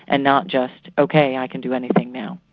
and not just ok i can do anything now.